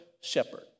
shepherd